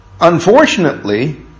Unfortunately